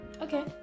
Okay